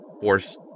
Force